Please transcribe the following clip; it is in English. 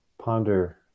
ponder